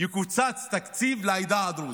יקוצץ תקציב לעדה הדרוזית.